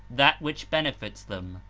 that which benefits them.